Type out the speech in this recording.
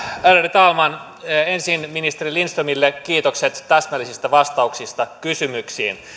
talman ensin ministeri lindströmille kiitokset täsmällisistä vastauksista kysymyksiin